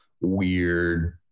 weird